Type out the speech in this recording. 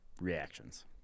reactions